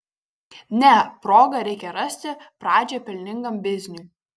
ne progą reikia rasti pradžią pelningam bizniui